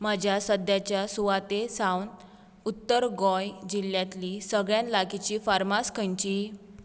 म्हज्या सद्याच्या सुवातेर सावन उत्तर गोंय जिल्ल्यांतली सगळ्यांत लागींची फार्मास खंयची